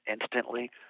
instantly